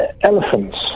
Elephants